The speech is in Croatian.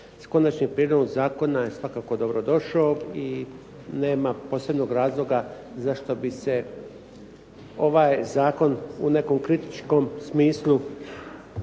s Konačnim prijedlogom zakona je svakako dobro došao i nema posebnog razloga zašto bi se ovaj zakon u nekom kritičkom smislu